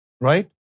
right